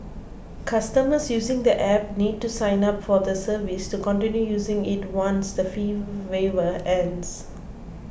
customers using the App need to sign up for the service to continue using it once the fee waiver ends